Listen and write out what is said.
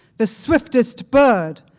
the swiftest bird,